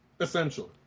essentially